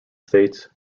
states